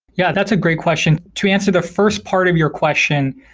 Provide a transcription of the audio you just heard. yeah, that's a great question. to answer the first part of your question,